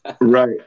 right